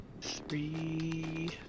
Three